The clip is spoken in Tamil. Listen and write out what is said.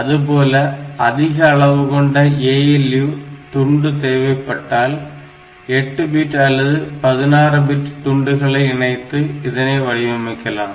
அதுபோல அதிக அளவு கொண்ட ALU துண்டு தேவைப்பட்டால் 8 பிட் அல்லது 16 பிட் துண்டுகளை இணைத்து இதனை வடிவமைக்கலாம்